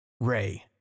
Ray